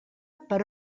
per